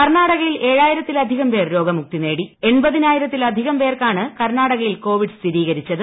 കർണാടകയിൽ ഏഴായിരത്തിലധികം പേർ എൺപതിനായിരത്തിലധികം പേർക്കാണ് കർണാടകയിൽ കോവിഡ് സ്ഥിരീകരിച്ചത്